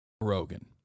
Rogan